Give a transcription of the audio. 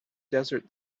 desert